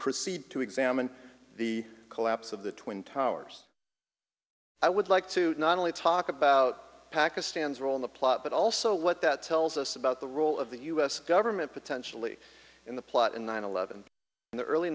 proceed to examine the collapse of the twin towers i would like to not only talk about pakistan's role in the plot but also what that tells us about the role of the us government potentially in the plot in nine eleven in the early